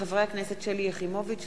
הצעתם של חברי הכנסת שלי יחימוביץ,